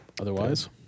otherwise